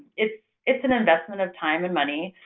it's it's an investment of time and money.